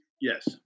Yes